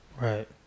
Right